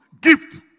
Gift